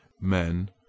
Men